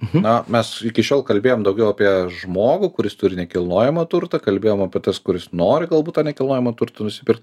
na mes iki šiol kalbėjom daugiau apie žmogų kuris turi nekilnojamą turtą kalbėjom apie tas kuris nori galbūt tą nekilnojamą turtą nusipirkt